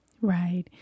Right